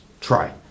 try